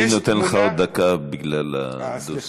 אני נותן לך עוד דקה, בגלל הדו-שיח.